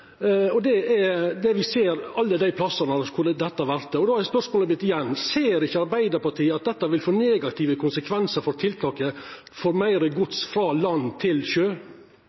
at kostnadene går opp, det ser me alle dei plassane der dette er gjennomført, og då er spørsmålet mitt, igjen: Ser ikkje Arbeidarpartiet at dette vil få negative konsekvensar for tiltaket for å få meir gods frå land til sjø?